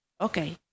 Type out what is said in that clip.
Okay